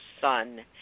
son